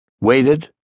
waited